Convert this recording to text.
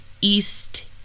East